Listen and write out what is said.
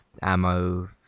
ammo